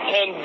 Ten